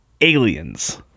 aliens